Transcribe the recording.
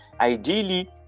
ideally